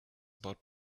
about